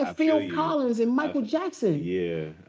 ah phil collins and michael jackson. yeah,